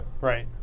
right